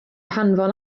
hanfon